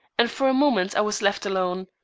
and for a moment i was left alone.